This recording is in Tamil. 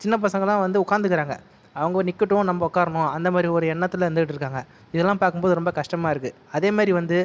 சின்ன பசங்களாம் வந்து உட்காந்துக்குறாங்க அவங்க நிற்கட்டும் நம்ம உட்காரணும் அந்த மாதிரி ஒரு எண்ணத்தில் இருந்துட்டு இருக்காங்க இதல்லாம் பார்க்கும் போது ரொம்ப கஷ்டமாக இருக்குது அதே மாதிரி வந்து